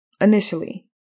initially